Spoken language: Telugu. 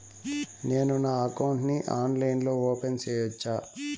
నేను నా అకౌంట్ ని ఆన్లైన్ లో ఓపెన్ సేయొచ్చా?